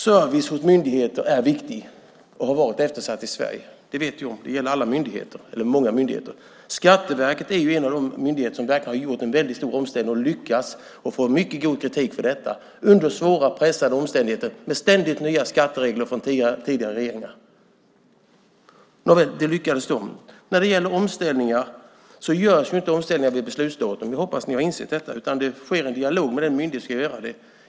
Service hos myndigheter är viktigt och har varit eftersatt i Sverige. Det vet vi om. Det gäller många myndigheter. Skatteverket är en av de myndigheter som verkligen har gjort en väldigt stor omställning, som har lyckats och får mycket god kritik för detta, under svåra och pressade omständigheter med ständigt nya skatteregler från tidigare regeringar. Nåväl, det lyckades dem. Omställningar görs inte vid beslutsdatumet - det hoppas jag att ni har insett - utan det sker en dialog med den myndighet som ska göra det.